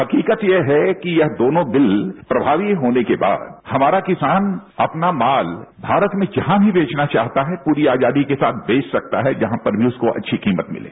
हकीकत यह है कि दोनों बिल प्रभावी होने के बाद हमारा किसान अपना माल भारत में जहां भी बेचना चाहता है पूरी आजादी के साथ बेच सकता है जहां पर भी उसे अच्छी कीमत मिले